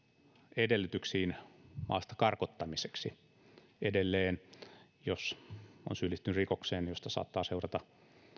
edellytyksiin maasta karkottamiseksi edelleen jos on syyllistynyt rikokseen josta saattaa seurata